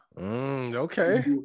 Okay